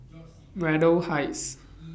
Braddell Heights